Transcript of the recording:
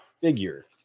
figure